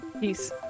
Peace